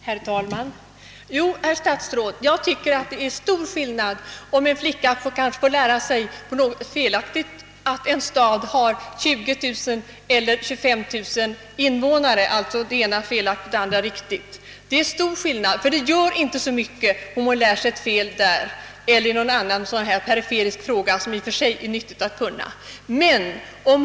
Herr talman! Jo, herr statsråd, jag tycker att här föreligger en stor skillnad. Om en flicka felaktigt får lära sig att en stad har 20 000 invånare, när det riktiga är 25 000, så gör det inte så mycket när det gäller en sådan eller en liknande periferisk fråga, som det ju i och för sig kan vara nyttigt att exakt veta besked om.